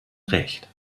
recht